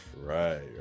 right